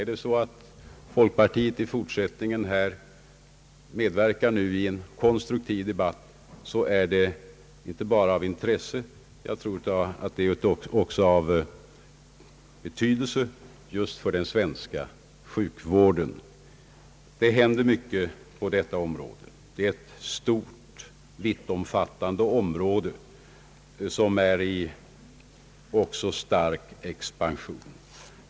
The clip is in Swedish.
Är det så att folkpartiet i fortsättningen vill medverka i en konstruktiv debatt, är detta inte bara av intresse utan också av betydelse för den svenska sjukvården. Det händer mycket på detta område. Det är ett stort, vittomfattande område, som också är i stark expansion.